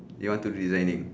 you want to resigning